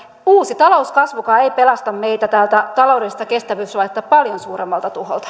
uusi talouskasvukaan ei pelasta meitä tältä taloudellista kestävyysvajetta paljon suuremmalta tuholta